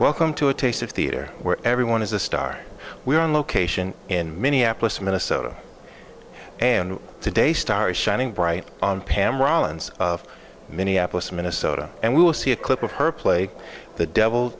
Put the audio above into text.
welcome to a taste of theater where everyone is a star we're on location and minneapolis minnesota and today star is shining bright on pam rollins of minneapolis minnesota and we will see a clip of her play the devil